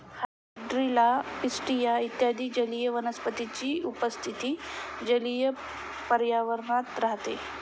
hydrilla, pistia इत्यादी जलीय वनस्पतींची उपस्थिती जलीय पर्यावरणात राहते